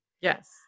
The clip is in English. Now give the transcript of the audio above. Yes